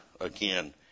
again